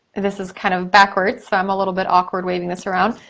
this is kind of backwards, so i'm a little bit awkward waving this around.